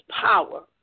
power